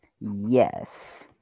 Yes